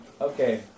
Okay